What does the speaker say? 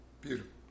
Beautiful